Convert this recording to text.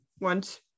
want